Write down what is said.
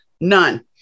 none